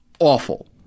Awful